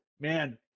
man